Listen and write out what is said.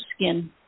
skin